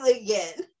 again